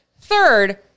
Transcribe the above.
Third